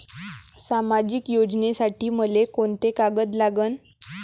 सामाजिक योजनेसाठी मले कोंते कागद लागन?